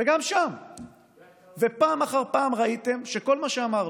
גם שם פעם אחר פעם ראיתם שכל מה שאמרנו,